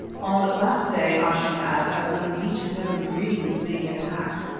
on that day, i should add, as the mazitu never dreamed of being attacked,